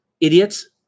idiots